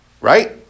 right